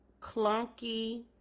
clunky